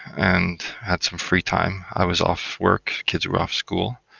and had some free time. i was off work. kids were off school,